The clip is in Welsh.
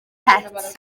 het